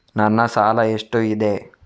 ನನ್ನ ಸಾಲ ಎಷ್ಟು ಇದೆ?